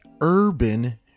Urban